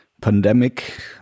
pandemic